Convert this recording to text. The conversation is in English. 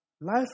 Life